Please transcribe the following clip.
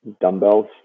dumbbells